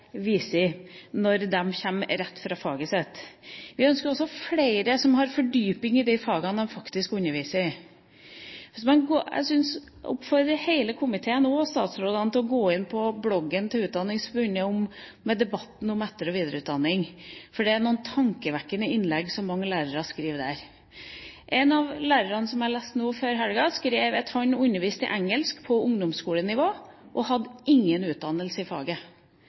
når de kommer rett fra faget sitt. Vi ønsker også flere som har fordypning i de fagene de faktisk underviser i. Jeg oppfordrer hele komiteen, og også statsrådene, til å gå inn på bloggen til Utdanningsforbundet og debatten om etter- og videreutdanning, for der er det tankevekkende innlegg fra mange lærere. En lærer som jeg leste om nå før helgen, skrev at han underviste i engelsk på ungdomsskolenivå. Han hadde ingen utdannelse i faget,